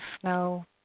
snow